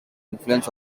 influx